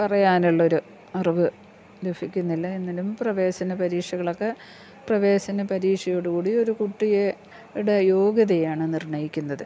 പറയാനുള്ളൊരു അറിവ് ലഭിക്കുന്നില്ല എന്നലും പ്രവേശന പരീക്ഷകളൊക്കെ പ്രവേശന പരീക്ഷയോടു കൂടി ഒരു കുട്ടിയുടെ യോഗ്യതയാണ് നിർണ്ണയിക്കുന്നത്